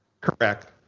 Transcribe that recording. Correct